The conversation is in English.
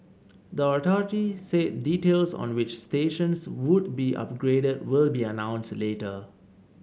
the authority said details on which stations would be upgraded will be announced later